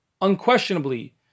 unquestionably